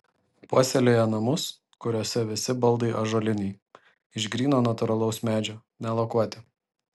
puoselėja namus kuriuose visi baldai ąžuoliniai iš gryno natūralaus medžio nelakuoti